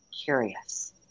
curious